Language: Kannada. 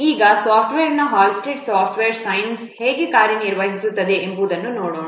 ಈಗ ಸಾಫ್ಟ್ವೇರ್ನ ಹಾಲ್ಸ್ಟೆಡ್ನ ಸಾಫ್ಟ್ವೇರ್ ಸೈನ್ಸ್Halstead's software science ಹೇಗೆ ಕಾರ್ಯನಿರ್ವಹಿಸುತ್ತದೆ ಎಂಬುದನ್ನು ನೋಡೋಣ